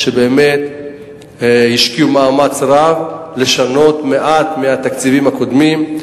הם באמת השקיעו מאמץ רב לשנות מעט מהתקציבים הקודמים.